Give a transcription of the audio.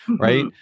Right